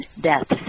deaths